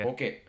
Okay